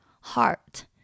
heart